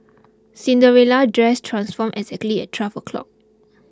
Cinderella's dress transformed exactly at twelve o' clock